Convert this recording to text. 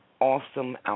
awesome